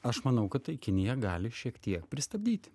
aš manau kad tai kinija gali šiek tiek pristabdyti